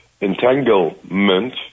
entanglement